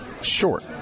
Short